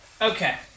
Okay